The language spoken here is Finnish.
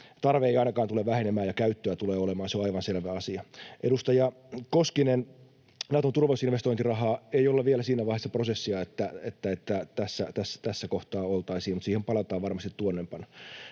Tarve ei ainakaan tule vähenemään, ja käyttöä tulee olemaan, se on aivan selvä asia. Edustaja Koskinen: Naton turvallisuusinvestointiraha. Ei olla vielä siinä vaiheessa prosessia, että tässä kohtaa oltaisiin, mutta siihen palataan varmasti tuonnempana.